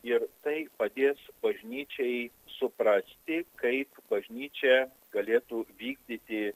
ir tai padės bažnyčiai suprasti kaip bažnyčia galėtų vykdyti